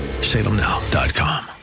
Salemnow.com